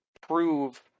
prove